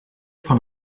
van